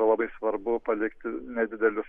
labai svarbu palikti nedidelius